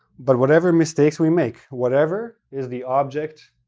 but whatever mistakes we make. whatever is the object